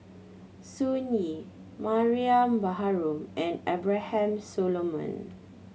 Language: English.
Sun Yee Mariam Baharom and Abraham Solomon